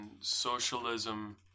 socialism